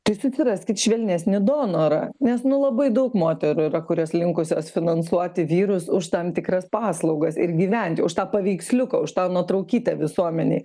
tai susiraskit švelnesnį donorą nes nu labai daug moterų yra kurios linkusios finansuoti vyrus už tam tikras paslaugas ir gyventi už tą paveiksliuką už tą nuotraukytę visuomenei